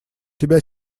тебя